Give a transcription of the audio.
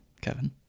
Kevin